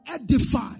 edify